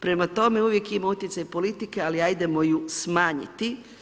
Prema tome, uvijek ima utjecaj politika, ali ajdemo ju smanjiti.